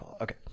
Okay